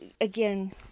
again